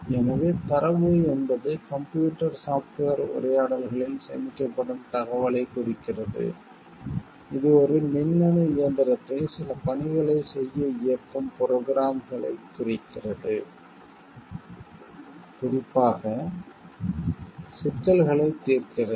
எனவே தரவு என்பது கம்ப்யூட்டர் சாப்ட்வேர் உரையாடல்களில் சேமிக்கப்படும் தகவலைக் குறிக்கிறது இது ஒரு மின்னணு இயந்திரத்தை சில பணிகளைச் செய்ய இயக்கும் ப்ரோக்ராம்களைக் குறிக்கிறது குறிப்பாக சிக்கல்களைத் தீர்க்கிறது